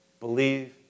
Believe